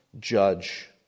judge